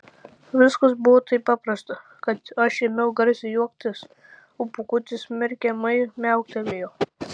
viskas buvo taip paprasta kad aš ėmiau garsiai juoktis o pūkutis smerkiamai miauktelėjo